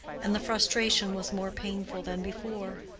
and the frustration was more painful than before.